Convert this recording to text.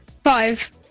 Five